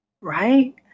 right